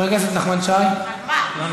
חבר הכנסת נחמן שי, ראשון הדוברים.